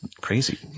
crazy